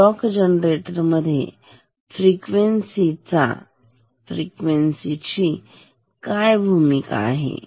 clock generator मध्ये frequency चा frequency ची काय भूमिका आहे